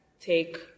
take